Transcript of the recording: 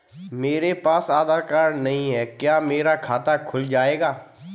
मेरे पास आधार कार्ड नहीं है क्या मेरा खाता खुल जाएगा?